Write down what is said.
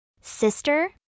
Sister